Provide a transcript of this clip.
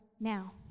now